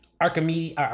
Archimedes